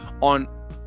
on